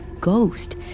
ghost